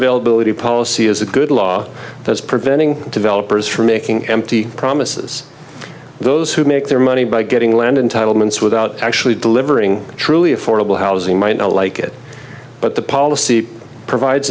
availability policy is a good law that's preventing developers from making empty promises those who make their money by getting land in title months without actually delivering truly affordable housing might not like it but the policy provides